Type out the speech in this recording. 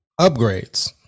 upgrades